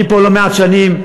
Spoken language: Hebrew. פה לא מעט שנים.